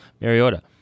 Mariota